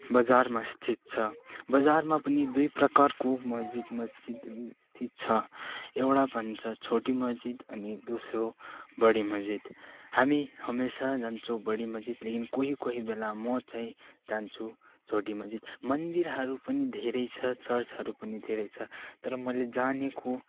बजारमा स्थित छ बजारमा पनि दुई प्रकारको मजिद मस्जिद स्थित छ एउडा भन्छ छोटी मस्जिद अनि दोस्रो बढी मस्जिद हामी हमेसा जान्छौँ बढी मस्जिद लेकिन कोहि कोहि बेला मो चैँ जान्छु छोटी मस्जिद मन्दिरहरू पनि धेरै छ चर्चहरू पनि धेरै छ तर मैले जानेको